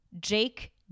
Jake